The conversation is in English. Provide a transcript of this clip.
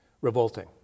revolting